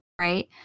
right